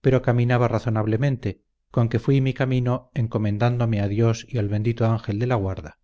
pero caminaba razonablemente con que fui mi camino encomendándome a dios y al bendito ángel de la guarda